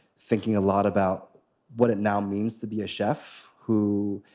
thinking a lot about what it now means to be a chef who